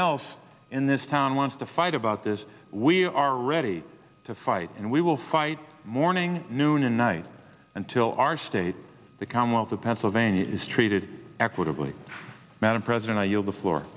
else in this town wants to fight about this we are ready to fight and we will fight morning noon and night until our state the commonwealth of pennsylvania is treated equitably madam president i y